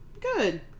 Good